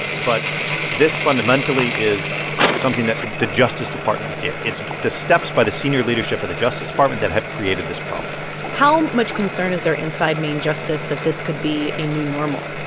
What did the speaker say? but this, fundamentally, is something that the justice department did. it's the steps by the senior leadership of the justice department that have created this problem how much concern is there inside main justice that this could be a new normal?